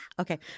Okay